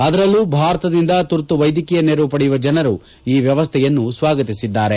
ಅದರಲ್ಲೂ ಭಾರತದಿಂದ ತುರ್ತು ವೈದ್ಯಕೀಯ ನೆರವು ಪಡೆಯುವ ಜನರು ಈ ವ್ಯವಸ್ಥೆಯನ್ನು ಸ್ವಾಗತಿಸಿದ್ದಾರೆ